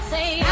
Say